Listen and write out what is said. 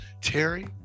Terry